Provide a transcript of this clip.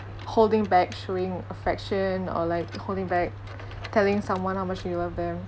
holding back showing affection or like holding back telling someone how much you love them